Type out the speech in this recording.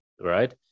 right